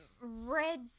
Red